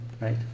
right